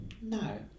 No